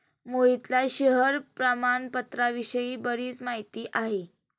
मोहितला शेअर प्रामाणपत्राविषयी बरीच माहिती आहे